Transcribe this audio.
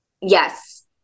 Yes